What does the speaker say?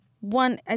one